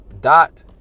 dot